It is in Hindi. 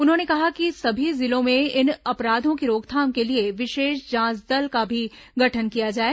उन्होंने कहा कि सभी जिलों में इन अपराधों की रोकथाम के लिए विशेष जांच दल का भी गठन किया जाए